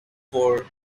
for